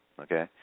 Okay